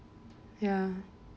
ya